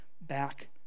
back